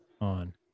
on